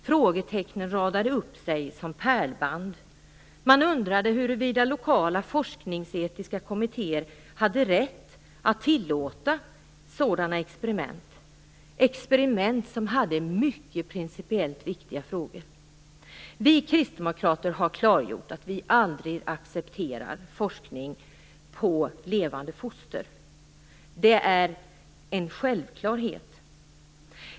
Frågetecknen radade upp sig som på ett pärlband. Man undrade huruvida lokala forskningsetiska kommittéer hade rätt att tillåta sådana experiment - experiment som reste mycket principiellt viktiga frågor. Vi kristdemokrater har klargjort att vi aldrig accepterar forskning på levande foster. Det är en självklarhet.